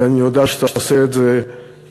ואני יודע שתעשה את זה כראוי.